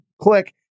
Click